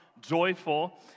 joyful